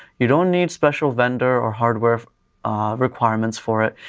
you don't need special vendor or hardware requirements for it.